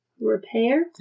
Repair